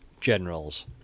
generals